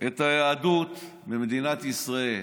את היהדות ממדינת ישראל.